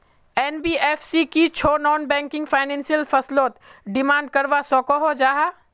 NBFC की छौ non banking financial फसलोत डिमांड करवा सकोहो जाहा?